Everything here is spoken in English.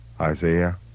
Isaiah